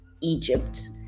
Egypt